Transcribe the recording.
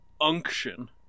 unction